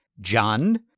John